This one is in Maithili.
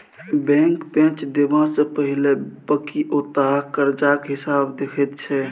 बैंक पैंच देबा सँ पहिने बकिऔता करजाक हिसाब देखैत छै